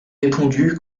répondu